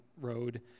road